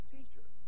Teacher